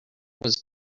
was